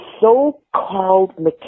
so-called